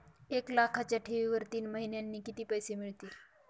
एक लाखाच्या ठेवीवर तीन महिन्यांनी किती पैसे मिळतील?